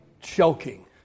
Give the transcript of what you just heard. choking